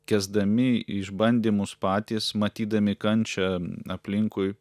kęsdami išbandymus patys matydami kančią aplinkui